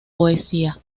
poesía